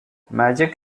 magic